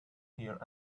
here